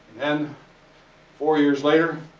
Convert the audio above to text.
and four years later,